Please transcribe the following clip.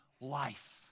life